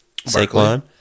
Saquon